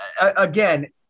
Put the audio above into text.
again